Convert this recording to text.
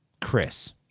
Chris